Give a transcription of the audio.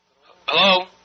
Hello